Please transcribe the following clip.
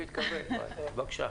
בבקשה.